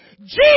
Jesus